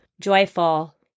joyful